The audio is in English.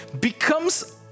becomes